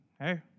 hey